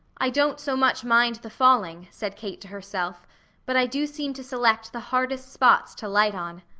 i don't so much mind the falling, said kate to herself but i do seem to select the hardest spots to light on.